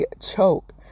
choke